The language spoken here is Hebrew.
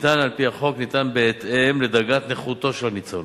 הניתן על-פי החוק ניתן בהתאם לדרגת נכותו של הניצול,